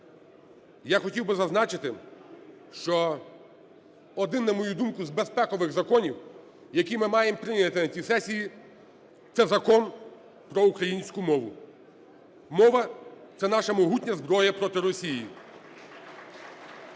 Я хотів би зазначити, що один, на мою думку, збезпекових законів, який ми маємо прийняти на цій сесії, – це Закон про українську мову. Мова – це наша могутня зброя проти Росії